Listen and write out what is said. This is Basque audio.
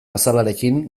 azalarekin